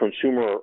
consumer